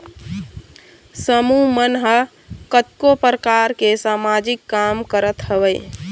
समूह मन ह कतको परकार के समाजिक काम करत हवय